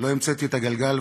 לא המצאתי את הגלגל,